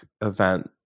event